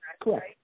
Correct